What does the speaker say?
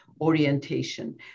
orientation